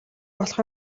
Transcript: болох